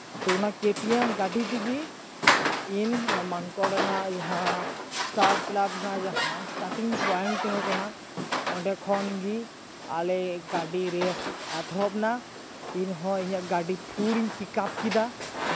ᱛᱚ ᱚᱱᱟ ᱠᱮᱴᱤᱮᱢ ᱜᱟᱹᱰᱤ ᱛᱮᱜᱮ ᱤᱧ ᱢᱟᱱᱠᱚᱲ ᱨᱮᱱᱟᱜ ᱡᱟᱦᱟᱸ ᱥᱴᱟᱨ ᱠᱞᱟᱵᱽ ᱨᱮᱱᱟᱜ ᱡᱟᱦᱟᱸ ᱥᱴᱟᱴᱤᱝ ᱯᱚᱭᱮᱱᱴ ᱛᱟᱦᱮᱸ ᱠᱟᱱᱟ ᱚᱸᱰᱮ ᱠᱷᱚᱱᱜᱮ ᱟᱞᱮ ᱜᱟᱹᱰᱤ ᱨᱮᱥ ᱮᱛᱚᱦᱚᱵ ᱱᱟ ᱤᱧᱦᱚᱸ ᱤᱧᱟᱹᱜ ᱜᱟᱹᱰᱤ ᱯᱷᱩᱞᱤᱧ ᱯᱤᱠᱟᱯ ᱠᱮᱫᱟ